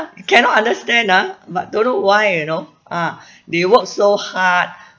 cannot understand nah but don't know why you know ah they work so hard